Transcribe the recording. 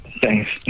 Thanks